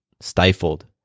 stifled